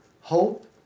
Hope